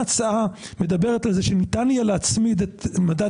ההצעה מדברת על זה שניתן יהיה להצמיד את מדד